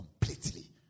completely